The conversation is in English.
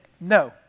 no